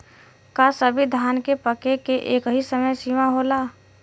का सभी धान के पके के एकही समय सीमा होला?